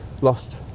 lost